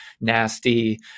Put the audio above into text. nasty